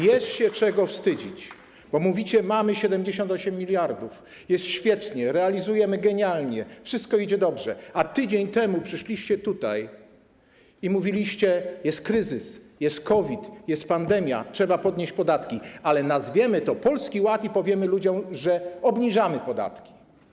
Jest się czego wstydzić, bo mówicie: mamy 78 mld, jest świetnie, realizujemy genialnie, wszystko idzie dobrze, a tydzień temu przyszliście tutaj i mówiliście: jest kryzys, jest COVID, jest pandemia, trzeba podnieść podatki, ale nazwiemy to Polski Ład i powiemy ludziom, że obniżamy podatki.